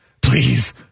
Please